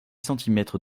centimètres